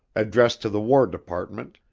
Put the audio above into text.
addressed to the war department,